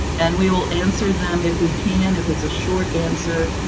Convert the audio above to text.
and we will answer them if we can, if it's a short answer,